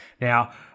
Now